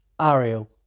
Ariel